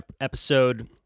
episode